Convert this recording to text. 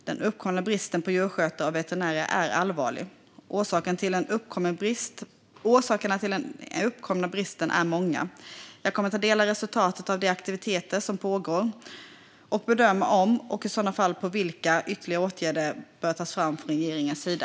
Den uppkomna bristen på djursjukskötare och veterinärer är allvarlig. Orsakerna till den uppkomna bristen är många. Jag kommer att ta del av resultatet av de aktiviteter som pågår och bedöma om, och i så fall vilka, ytterligare åtgärder bör tas från regeringens sida.